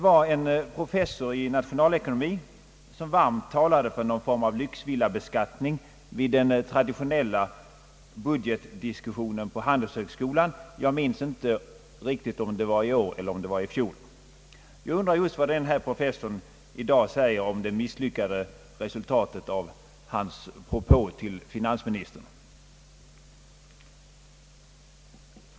Vid den traditionella budgetdiskussionen på handelshögskolan talade en professor i nationalekonomi varmt för en form av lyxvillabeskattning — jag minns inte riktigt om det var i år eller i fjol. Jag undrar just vad denne professor i dag säger om det misslyckade resultatet av hans propå till finansministern.